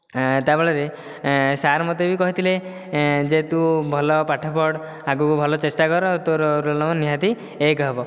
ତାଫଳରେ sir ମୋତେ ବି କହିଥିଲେ ଯେ ତୁ ଭଲ ପାଠ ପଢ଼ ଆଗକୁ ଭଲ ଚେଷ୍ଟା କର ତୋର ରୋଲ ନମ୍ବର ନିହାତି ଏକ ହେବ